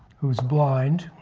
who's blind,